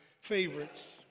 favorites